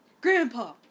Grandpa